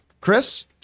Chris